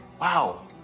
Wow